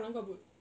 kelam kabut